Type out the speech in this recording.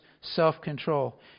self-control